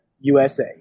USA